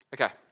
Okay